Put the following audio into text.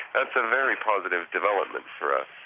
that's a very positive development for us,